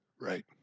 right